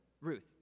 Ruth